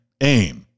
Aim